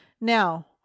Now